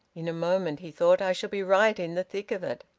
in a moment, he thought, i shall be right in the thick of it!